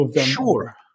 Sure